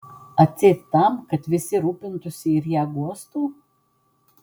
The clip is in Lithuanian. atseit tam kad visi rūpintųsi ir ją guostų